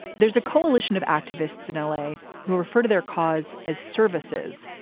there's a coalition of activists in l a. who refer to their cause as services,